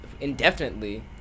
indefinitely